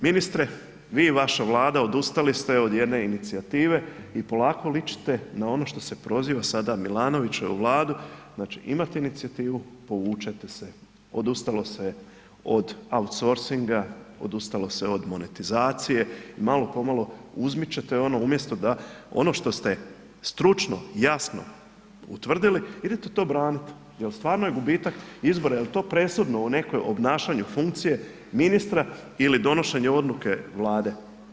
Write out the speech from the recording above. Ministre, vi i vaša Vlada odustali ste od jedne inicijative i polako ličite na ono što se proziva sada Milanovićevu Vladu, znači imate inicijativu, povučete se, odustalo se je od outsourcinga, odustalo se od monetizacije i malo pomalo uzmičete umjesto da ono što ste stručno, jasno utvrdili, idete to branit, jel stvarno je gubitak izbora, jel to presudno u nekoj obnašanju funkcije ministra ili donošenja odluke Vlade?